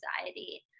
anxiety